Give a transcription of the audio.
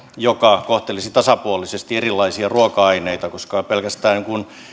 joka kohtelisi tasapuolisesti erilaisia ruoka aineita koska pelkästään